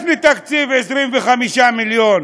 יש לי תקציב של 25 מיליון,